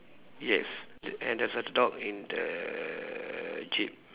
yes a~ and there's a dog in the jeep